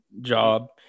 job